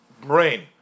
brain